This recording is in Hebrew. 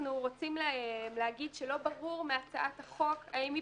אנחנו רוצים להגיד שלא ברור מהצעת החוק האם היא